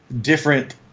different